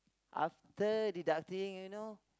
after deducting you know